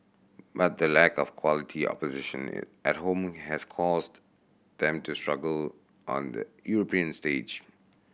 but the lack of quality opposition at home has caused them to struggle on the European stage